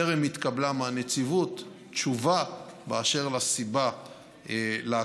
טרם התקבלה מהנציבות תשובה באשר לסיבה להקפאה.